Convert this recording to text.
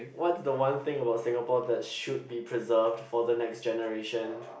what's the one thing about Singapore that should be preserved for the next generation